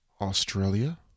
Australia